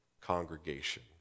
congregation